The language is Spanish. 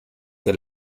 que